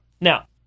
Now